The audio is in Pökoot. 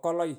chole.